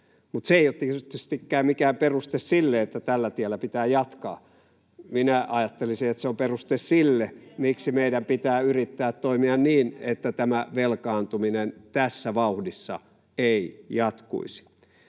mutta se ei ole tietystikään mikään peruste sille, että tällä tiellä pitää jatkaa. Minä ajattelisin, että se on peruste sille, miksi meidän pitää yrittää toimia niin, että tämä velkaantuminen tässä vauhdissa ei jatkuisi.